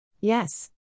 Yes